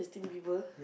Justin-Bieber